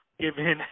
given